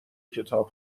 کتاب